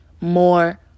more